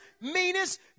meanest